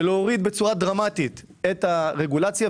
ולהוריד בצורה דרמטית את הרגולציה,